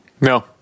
No